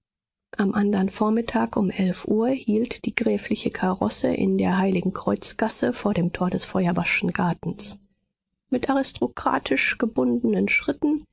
am andern vormittag um elf uhr hielt die gräfliche karosse in der heiligenkreuzgasse vor dem tor des feuerbachschen gartens mit aristokratisch gebundenen schritten